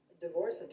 divorce